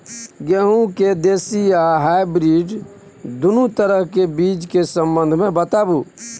गेहूँ के देसी आ हाइब्रिड दुनू तरह के बीज के संबंध मे बताबू?